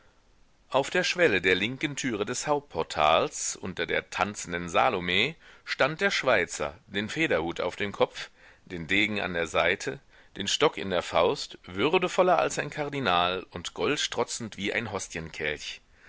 auf der schwelle der linken türe des hauptportals unter der tanzenden salome stand der schweizer den federhut auf dem kopf den degen an der seite den stock in der faust würdevoller als ein kardinal und goldstrotzend wie ein